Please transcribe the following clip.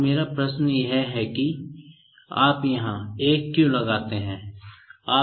अब मेरा प्रश्न यह है कि आप यहाँ 1 क्यों लगाते हैं